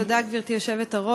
תודה, גברתי היושבת-ראש.